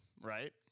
right